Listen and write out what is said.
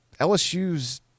LSU's